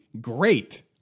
Great